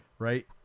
Right